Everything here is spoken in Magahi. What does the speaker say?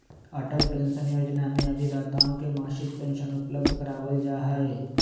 अटल पेंशन योजना में अभिदाताओं के मासिक पेंशन उपलब्ध करावल जाहई